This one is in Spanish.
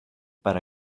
para